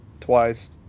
twice